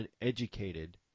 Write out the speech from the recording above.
uneducated